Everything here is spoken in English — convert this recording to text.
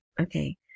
Okay